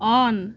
on